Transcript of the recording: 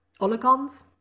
oligons